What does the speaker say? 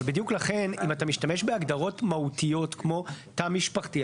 אבל בדיוק לכן אם אתה משתמש בהגדרות מהותיות כמו תא משפחתי,